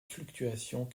fluctuations